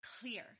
clear